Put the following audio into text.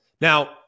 Now